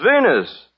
Venus